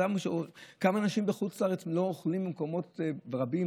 כמה אנשים בחוץ לארץ לא אוכלים במקומות רבים,